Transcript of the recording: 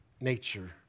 nature